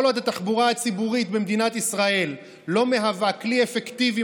כל עוד התחבורה הציבורית במדינת ישראל לא מהווה כלי אפקטיבי